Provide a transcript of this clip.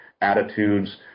attitudes